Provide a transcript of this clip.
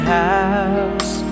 house